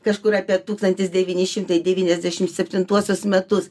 kažkur apie tūkstantis devyni šimtai devyniasdešim septintuosius metus